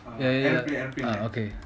ya ya ya ah okay